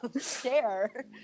share